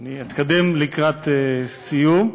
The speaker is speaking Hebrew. אני אתקדם לקראת סיום.